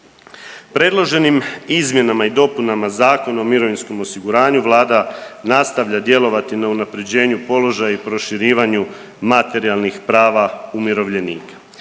Predloženim izmjenama i dopunama Zakona o mirovinskom osiguranju vlada nastavlja djelovati na unapređenju položaja i proširivanju materijalnih prava umirovljenika.